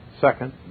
Second